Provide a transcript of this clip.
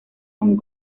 hong